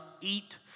eat